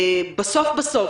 בסוף בסוף,